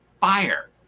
fire